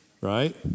right